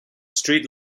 street